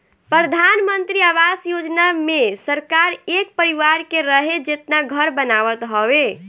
प्रधानमंत्री आवास योजना मे सरकार एक परिवार के रहे जेतना घर बनावत हवे